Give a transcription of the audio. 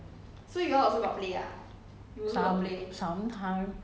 uh they always bet on that ah then we will get to drink on that